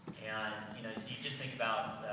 and, you know, if you just think about,